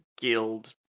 guild